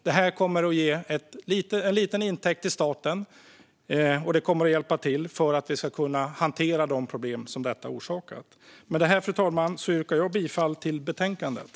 Det kommer att ge en liten intäkt till staten och hjälpa till för att vi ska kunna hantera de problem som detta orsakat. Fru talman! Med det yrkar jag bifall till utskottets förslag i betänkandet.